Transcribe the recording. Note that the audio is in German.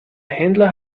händler